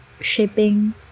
shipping